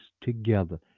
together